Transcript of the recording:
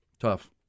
Tough